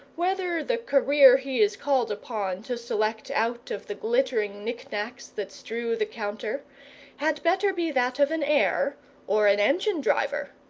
whether the career he is called upon to select out of the glittering knick-knacks that strew the counter had better be that of an heir or an engine-driver.